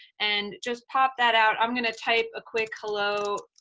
and just pop that out. i'm gonna type a quick. hello